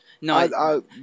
No